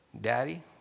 Daddy